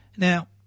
Now